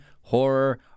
horror